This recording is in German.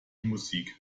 musik